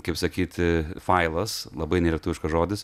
kaip sakyti failas labai nelietuviškas žodis